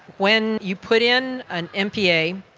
when you put in an mpa